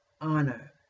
honor